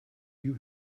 you